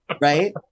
Right